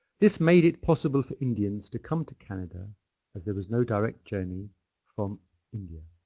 this made it possible for indians to come to canada as there was no direct journey from india. i